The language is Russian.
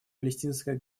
палестинское